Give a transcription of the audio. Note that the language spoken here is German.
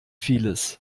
vieles